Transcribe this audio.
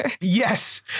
Yes